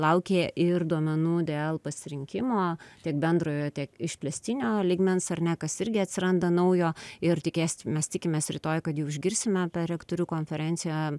laukė ir duomenų dėl pasirinkimo tiek bendrojo tiek išplėstinio lygmens ar ne kas irgi atsiranda naujo ir tikėsimės tikimės rytoj kad jau išgirsime rektorių konferencijoje